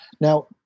Now